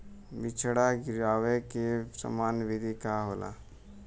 बिचड़ा गिरावे के सामान्य विधि का होला?